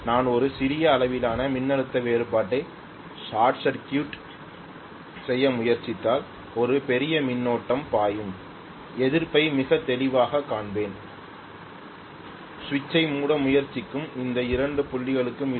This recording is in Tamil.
நான் ஒரு சிறிய அளவிலான மின்னழுத்த வேறுபாட்டை ஷார்ட் சர்க்யூட் செய்ய முயற்சித்தால் ஒரு பெரிய மின்னோட்டம் பாயும் எதிர்ப்பை மிக தெளிவாகக் காண்பேன் சுவிட்சை மூட முயற்சிக்கும் அந்த 2 புள்ளிகளுக்கு இடையில்